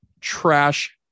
trash